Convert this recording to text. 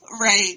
Right